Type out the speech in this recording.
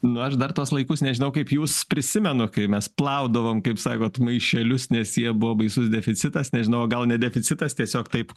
nu aš dar tuos laikus nežinau kaip jūs prisimenu kai mes plaudavom kaip sakot maišelius nes jie buvo baisus deficitas nežinau gal ne deficitas tiesiog taip